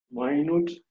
minute